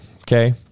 Okay